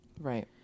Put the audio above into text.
Right